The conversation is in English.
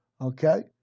Okay